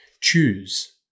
choose